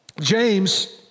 James